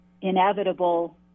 inevitable